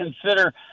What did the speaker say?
consider